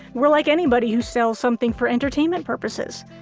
we're like anybody who sells something for entertainment purposes.